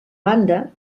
banda